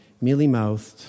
mealy-mouthed